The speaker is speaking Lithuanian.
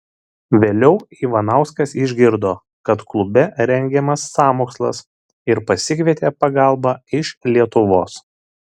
vėliau ivanauskas išgirdo kad klube rengiamas sąmokslas ir pasikvietė pagalbą iš lietuvos